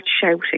shouting